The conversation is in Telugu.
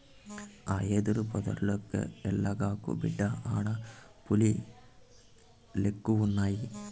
ఆ యెదురు పొదల్లోకెల్లగాకు, బిడ్డా ఆడ పులిలెక్కువున్నయి